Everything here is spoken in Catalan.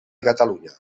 catalunya